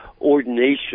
ordination